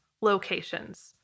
locations